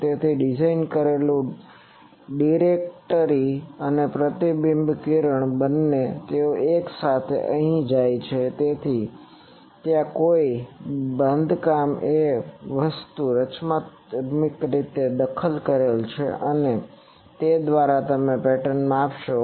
તેથી ડિઝાઇન કરેલું છે કે ડિરેક્ટરી અને પ્રતિબિંબિત કિરણ બંને તેઓ એક સાથે અહીં જાય છે તેથી ત્યાં કોઈ બાંધકામ એક વસ્તુ રચનાત્મક દખલ કરે છે અને તે દ્વારા તમે પેટર્નને માપશો